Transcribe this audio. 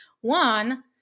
One